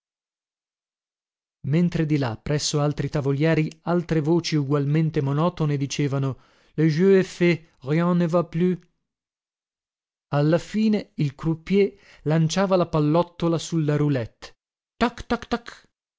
mentre di là presso altri tavolieri altre voci ugualmente monotone dicevano le jeu est fait rien ne va plus alla fine il croupier lanciava la pallottola sulla roulette tac tac tac